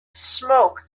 smoke